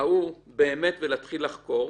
ההוא ולהתחיל לחקור,